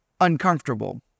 uncomfortable